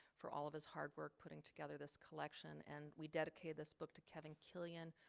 for all of his hard work putting together this collection and we dedicated this book to kevin killian,